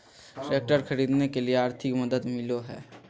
Tractor खरीदे के लिए आर्थिक मदद मिलो है?